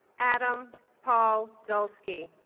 adam paul dulsky